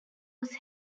was